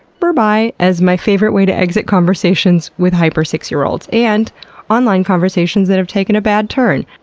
berbye as my favorite way to exit conversations with hyper six-year olds and online conversations that have taken a bad turn.